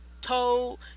told